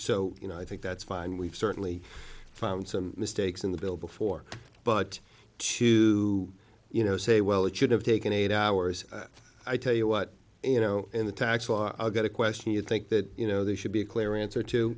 so you know i think that's fine we've certainly found some mistakes in the bill before but to you know say well it should have taken eight hours i tell you what you know in the tax law i got a question you think that you know there should be a clear answer to